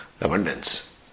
abundance